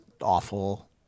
awful